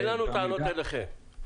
אין לנו טענות אליכם.